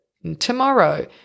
tomorrow